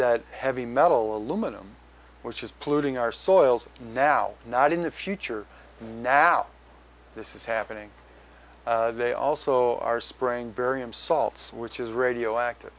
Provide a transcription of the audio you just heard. that heavy metal aluminum which is polluting our soils now not in the future now this is happening they also are spraying barium salts which is radioactive